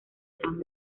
gran